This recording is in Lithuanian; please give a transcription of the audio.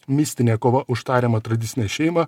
mistinė kova už tariamą tradicinę šeimą